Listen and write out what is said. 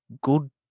good